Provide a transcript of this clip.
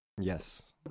yes